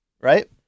right